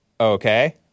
Okay